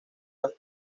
las